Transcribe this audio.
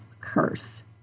curse